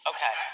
Okay